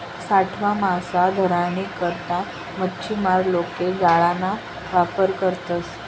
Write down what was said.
सावठा मासा धरानी करता मच्छीमार लोके जाळाना वापर करतसं